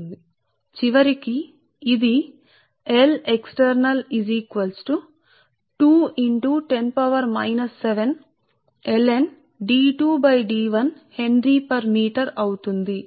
సరే కాబట్టి చివరికి ఇది మీటరు కు హెన్రీ అవుతుంది